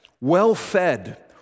well-fed